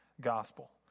gospel